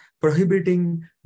prohibiting